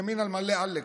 ימין על מלא, עלק.